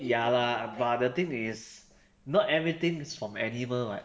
ya lah but the thing is not everything is from animal [what]